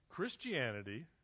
Christianity